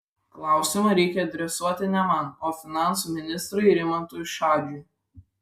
klausimą reikia adresuoti ne man o finansų ministrui rimantui šadžiui